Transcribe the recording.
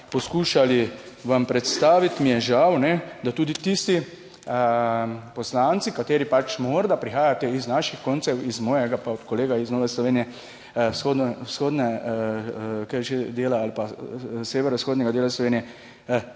poskušali vam predstaviti, mi je žal, da tudi tisti, poslanci, kateri morda prihajate iz naših koncev, iz mojega kolega iz Nove Slovenije vzhodnega dela ali pa severovzhodnega dela Slovenije,